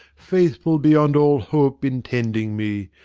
faithful beyond all hope in tending me!